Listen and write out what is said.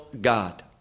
God